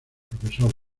profesor